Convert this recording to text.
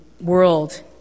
world